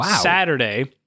Saturday